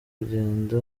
kugenda